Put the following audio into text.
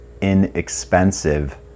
inexpensive